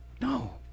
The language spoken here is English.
No